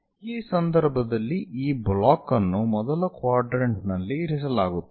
ಈ ಸಂದರ್ಭದಲ್ಲಿ ಈ ಬ್ಲಾಕ್ ಅನ್ನು ಮೊದಲ ಕ್ವಾಡ್ರೆಂಟ್ ನಲ್ಲಿ ಇರಿಸಲಾಗುತ್ತದೆ